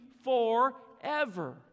Forever